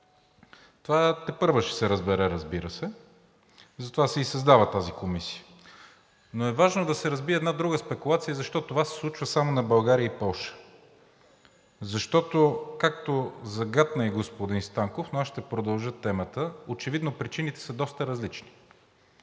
Това тепърва ще се разбере, разбира се. Затова се и създава тази комисия. Важно е да се разбие една друга спекулация защо това се случва само на България и Полша. Защото, както загатна и господин Станков, но аз ще продължа темата, очевидно причините са доста различни.